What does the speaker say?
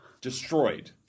Destroyed